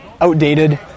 outdated